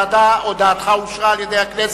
מוועדת הפנים והגנת הסביבה לוועדת החוקה,